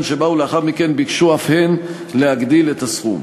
שבאו לאחר מכן ביקשו אף הן להגדיל את הסכום.